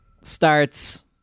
starts